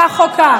כך או כך,